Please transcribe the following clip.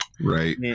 right